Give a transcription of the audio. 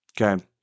Okay